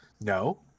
no